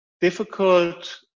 difficult